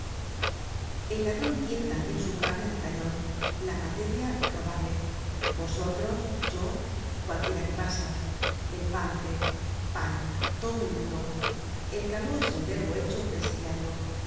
el ladron tiene tambien su carne de cañon la materia robable vosotros yo cualquiera que pasa elpantre jpan todo el mundo el caló es el verbo hecho presidiario